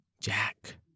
Jack